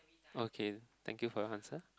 okay thank you for your answer